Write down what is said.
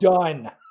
done